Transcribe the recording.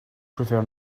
prefer